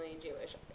Jewish